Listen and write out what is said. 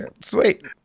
sweet